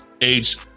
age